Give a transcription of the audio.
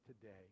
today